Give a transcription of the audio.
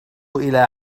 إلى